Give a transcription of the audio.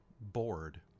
bored